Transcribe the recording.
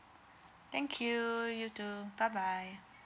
thank you you too bye bye